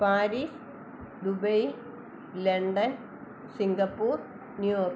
Paris Dubai London Singapore New York